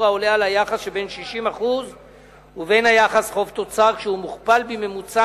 העולה על היחס שבין 60% ובין היחס חוב-תוצר כשהוא מוכפל בממוצע